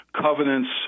covenants